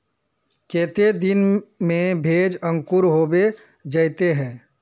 केते दिन में भेज अंकूर होबे जयते है?